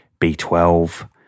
B12